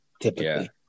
Typically